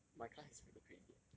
my class is really crazy eh